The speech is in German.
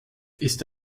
ist